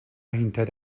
hinter